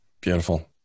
Beautiful